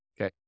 okay